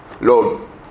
Lord